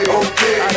okay